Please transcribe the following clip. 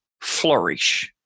Flourish